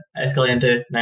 escalante